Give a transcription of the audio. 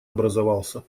образовался